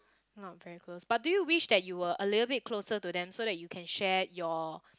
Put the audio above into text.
not very close but do you wish that you were a little bit closer to them so that you can share your